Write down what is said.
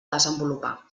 desenvolupar